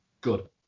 Good